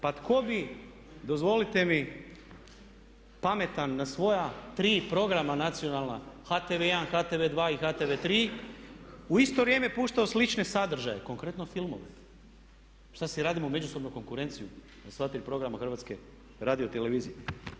Pa tko bi, dozvolite mi pametan na svoja tri programa nacionalna HTV 1, HTV 2 i HTV3 u isto vrijeme puštao slične sadržaje, konkretno filmove, šta si radimo međusobnu konkurenciju na sva tri programa HRT-a.